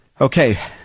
Okay